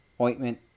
ointment